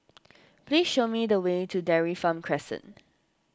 please show me the way to Dairy Farm Crescent